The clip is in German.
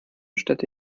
städte